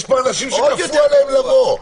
יש פה אנשים שכפו עליהם לבוא.